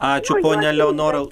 ačiū ponia leonora